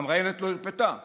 המראיינת לא הרפתה ושאלה: